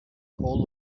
whole